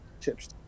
chips